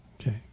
Okay